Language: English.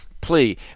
plea